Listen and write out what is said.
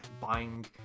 buying